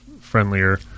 friendlier